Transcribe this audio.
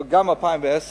אבל גם 2010,